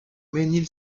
mesnil